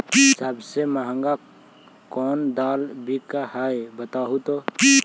सबसे महंगा कोन दाल बिक है बताहु तो?